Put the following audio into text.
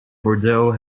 bordeaux